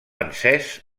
encès